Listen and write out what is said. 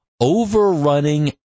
overrunning